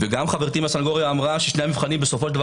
גם חברתי מהסנגוריה אמרה ששני המבחנים בסופו של דבר